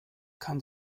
kann